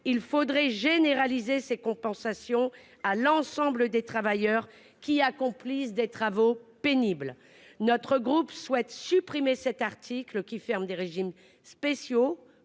il faudrait généraliser ces compensations à l'ensemble des travailleurs qui accomplissent des travaux pénibles. Notre groupe souhaite supprimer l'article 1, qui ferme des régimes spéciaux